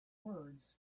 words